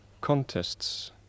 contests